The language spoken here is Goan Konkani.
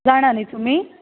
जाणा न्ही तुमी